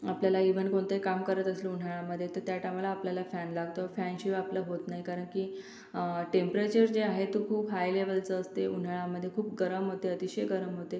आपल्याला इव्हन कोणतही काम करत असलो उन्हाळ्यामध्ये तर त्या टायमाला आपल्याला फॅन लागतो फॅनशिवाय आपलं होत नाही कारण की टेंप्रेचर जे आहे ते खूप हाय लेवलचं असते उन्हाळ्यामध्ये खूप गरम होते अतिशय गरम होते